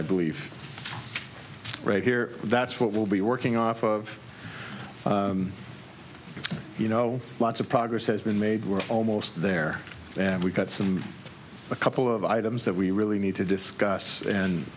i believe right here that's what we'll be working off of you know lots of progress has been made we're almost there and we've got some a couple of items that we really need to discuss and